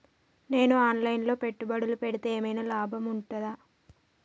నేను online లో పెట్టుబడులు పెడితే ఏమైనా లాభం ఉంటదా?